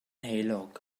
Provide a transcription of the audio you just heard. heulog